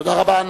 תודה רבה.